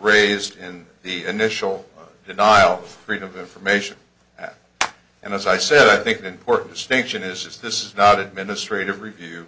raised in the initial denial of freedom of information that and as i said i think the important distinction is this is not administrative review